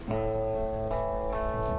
so